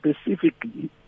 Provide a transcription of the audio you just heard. specifically